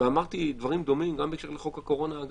ואמרתי דברים דומים גם בהקשר לחוק הקורונה הגדול: